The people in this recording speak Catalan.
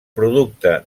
producte